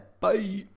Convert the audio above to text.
Bye